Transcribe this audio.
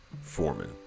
Foreman